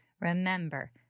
remember